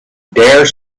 dare